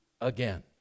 again